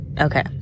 Okay